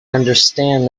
understand